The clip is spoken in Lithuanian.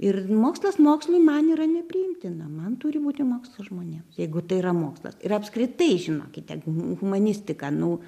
ir mokslas mokslui man yra nepriimtina man turi būti mokslo žmonėms jeigu tai yra mokslas ir apskritai žinokite humanistika nu